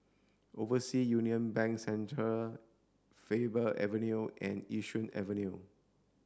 Overseas Union Bank Centre Faber Avenue and Yishun Avenue